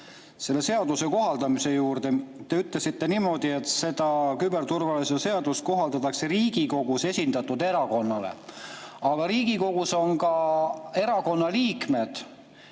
selle seaduse kohaldamise juurde. Te ütlesite niimoodi, et küberturvalisuse seadust kohaldatakse Riigikogus esindatud erakonnale. Aga Riigikogus on ka erakonnaliikmed,